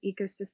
ecosystem